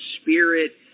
Spirit